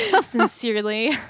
Sincerely